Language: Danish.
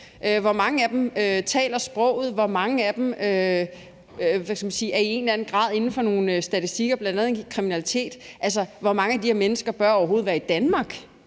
hvor mange af dem taler sproget, hvor mange af dem er i en eller anden grad inden for nogle statistikker, bl.a. over kriminalitet, hvor mange af de her mennesker bør overhovedet være i Danmark?